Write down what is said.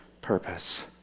purpose